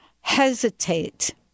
hesitate